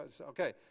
Okay